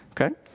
Okay